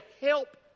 help